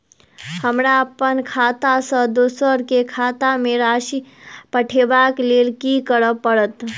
हमरा अप्पन खाता सँ दोसर केँ खाता मे राशि पठेवाक लेल की करऽ पड़त?